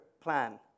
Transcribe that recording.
plan